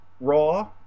Raw